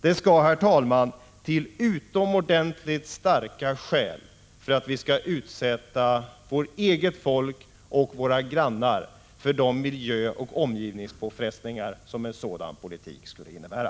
Det fordras, herr talman, utomordentligt starka skäl för att vi skall utsätta vårt eget folk och våra grannar för de miljöoch omgivningspåfrestningar som en sådan politik skulle medföra.